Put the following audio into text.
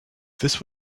this